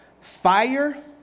fire